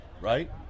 right